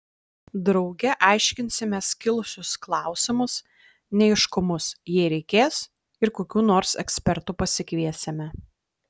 drauge aiškinsimės kilusius klausimus neaiškumus jei reikės ir kokių nors ekspertų pasikviesime